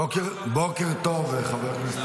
בוקר טוב, חבר הכנסת